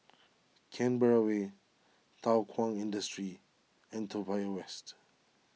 Canberra Way Thow Kwang Industry and Toa Payoh West